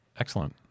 Excellent